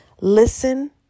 listen